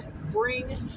Bring